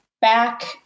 back